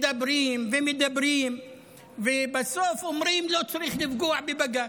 מדברים ומדברים ובסוף אומרים: לא צריך לפגוע בבג"ץ,